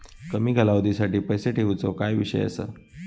कमी कालावधीसाठी पैसे ठेऊचो काय विषय असा?